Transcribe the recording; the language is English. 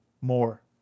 More